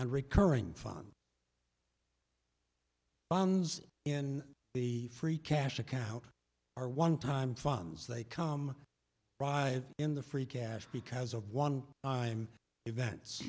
and recurring fund funds in the free cash account or one time funds they come by in the free cash because of one i'm events